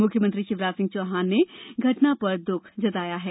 मुख्यमंत्री शिवराज सिंह चौहान ने घटना पर दुःख जताया है